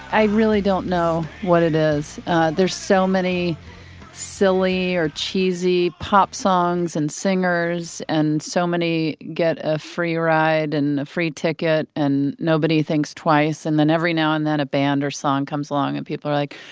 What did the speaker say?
i really don't know what it is there's so many silly or cheesy pop songs and singers and so many get a free ride and a free ticket and nobody thinks twice. and then every now and then, a band or song comes along and people are like,